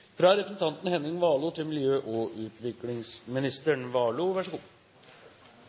fra representanten Nikolai Astrup til miljø- og utviklingsministeren,